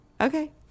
Okay